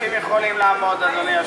בדבר הפחתת תקציב לא נתקבלו.